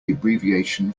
abbreviation